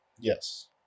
Yes